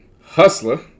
Hustler